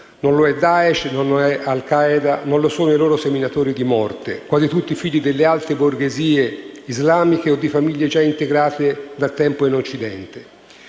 non lo è Daesh, non lo è Al Qaeda e non lo sono i loro seminatori di morte, quasi tutti figli dell'alta borghesia dei Paesi islamici o di famiglie già integrate da tempo in Occidente.